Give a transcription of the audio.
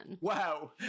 Wow